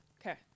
Okay